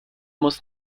muss